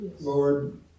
Lord